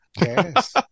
Yes